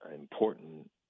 important